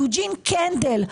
יוג'ין קנדל,